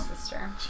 sister